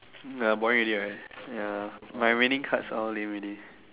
the boring already right ya my winning cards are all lame already